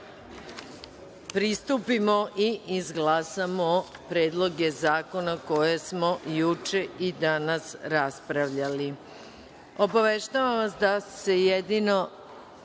pristupimo i izglasamo predloge zakona koje smo juče i danas raspravljali. Obaveštavam